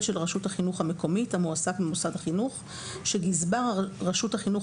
של רשות החינוך המקומית המועסק במוסד החינוך שגזבר רשות החינוך